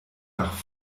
nach